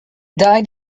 died